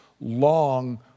long